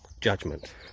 judgment